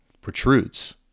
protrudes